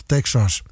Texas